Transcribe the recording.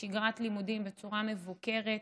לשגרת לימודים בצורה מבוקרת.